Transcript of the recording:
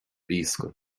iascaigh